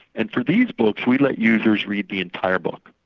and for these books we let users read the entire book,